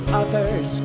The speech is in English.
others